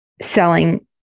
selling